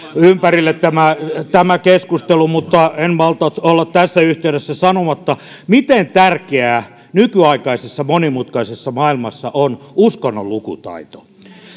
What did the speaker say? ympärille tämä tämä keskustelu mutta en malta olla tässä yhteydessä sanomatta miten tärkeää nykyaikaisessa monimutkaisessa maailmassa on uskonnon lukutaito